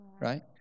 right